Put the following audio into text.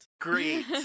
Great